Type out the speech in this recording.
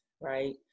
right